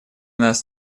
нас